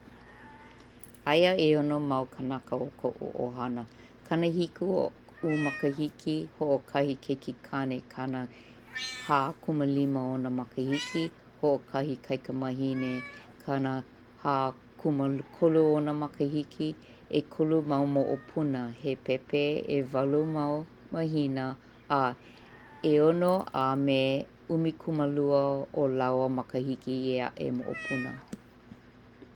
Aia 'eono mau kanaka o ko'u 'ohana. Kanahiku o'u makahiki, ho'okahi keikikane kanahākūmālima ona makahiki, ho'okahi kaikamahine kanahākūmākolu ona makahiki. 'Ekolu mau mo'opuna, he pēpē 'ewalu mau mahina a 'eono a me he 'umikūmālua ō lāua makahiki e a'e moʻopuna.